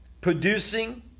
producing